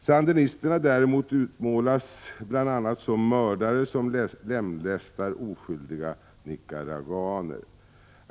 Sandinisterna däremot utmålas bl.a. som mördare, som lemlästar oskyldiga nicaraguaner.